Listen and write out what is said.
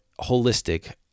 holistic